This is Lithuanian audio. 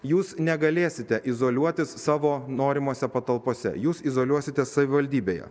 jūs negalėsite izoliuotis savo norimose patalpose jūs izoliuositės savivaldybėje